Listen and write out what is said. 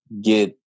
get